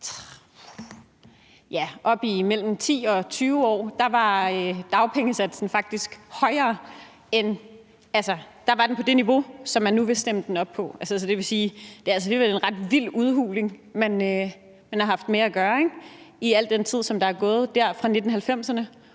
var mellem 10 og 20 år, var dagpengesatsen faktisk højere og på det niveau, som man nu vil stemme den op til? Så det vil sige, at det alligevel er en ret vild udhuling, man har haft med at gøre i al den tid, der er gået fra 1990'erne